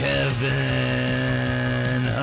Kevin